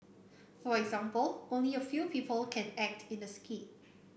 for example only a few people can act in the skit